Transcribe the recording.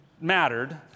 mattered